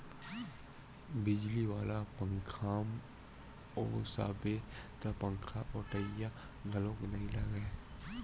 बिजली वाला पंखाम ओसाबे त पंखाओटइया घलोक नइ लागय